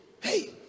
hey